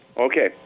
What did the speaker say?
Okay